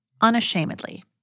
unashamedly